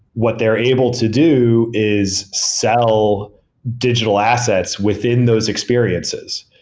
what they're able to do is sell digital assets within those experiences,